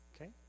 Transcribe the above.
Okay